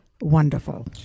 wonderful